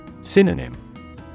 Synonym